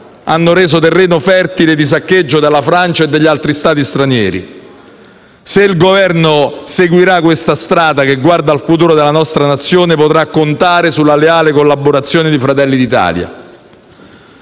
hanno reso terreno fertile di saccheggio della Francia e di altri Stati stranieri. Se il Governo seguirà questa strada che guarda al futuro della nostra Nazione potrà contare sulla leale collaborazione di Fratelli d'Italia.